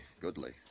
goodly